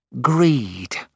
Greed